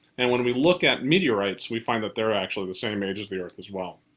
and when we look at meteorites we find that they're actually the same age as the earth as well.